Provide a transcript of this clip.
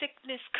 sickness